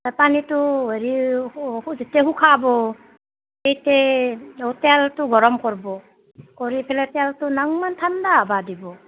পানীটো হেৰি শুকাব তিতে অঁ তেলতো গৰম কৰিব কৰি ফেলে তেলতো নাউমান ঠাণ্ডা হ'ব দিব